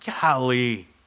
Golly